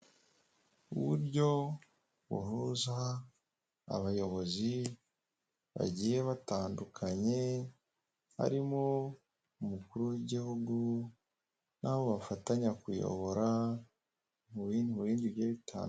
Uburyo buhuza abayobozi bagiye batandukanye, harimo umukuru w'igihugu, n'abo bafatanya kuyobora mu bindi bigiye bita.